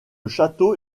château